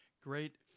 Great